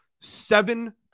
seven